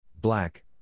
Black